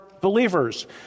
believers